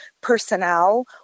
personnel